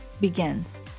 begins